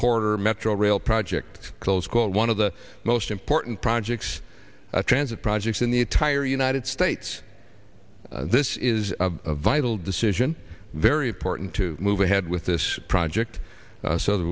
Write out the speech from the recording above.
quarter metro rail project close call one of the most important projects transit projects in the entire united states this is a vital decision very important to move ahead with this project so the